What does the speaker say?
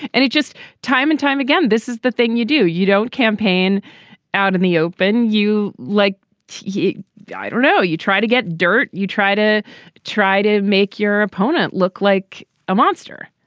and it's just time and time again this is the thing you do. you don't campaign out in the open you like you yeah know you try to get dirt. you try to try to make your opponent look like a monster.